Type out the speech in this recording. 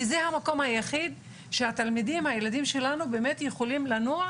כי זה המקום היחיד שהתלמידים או הילדים שלנו באמת יכולים לנוע.